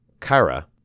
Kara